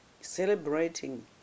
celebrating